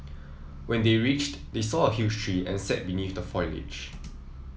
when they reached they saw a huge tree and sat beneath the foliage